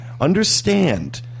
Understand